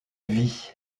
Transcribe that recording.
vie